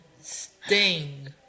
Sting